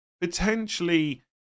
potentially